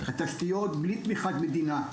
התשתיות הן בלי תמיכת מדינה.